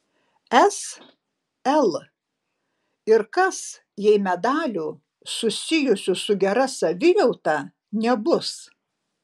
s l ir kas jei medalių susijusių su gera savijauta nebus